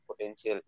potential